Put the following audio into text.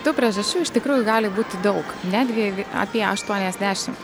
tų priežasčių iš tikrųjų gali būti daug netgi apie aštuoniasdešimt